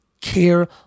care